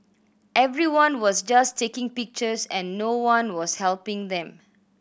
everyone was just taking pictures and no one was helping them